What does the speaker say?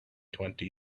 twenty